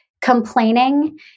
complaining